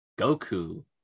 Goku